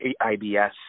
IBS